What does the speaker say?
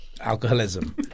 alcoholism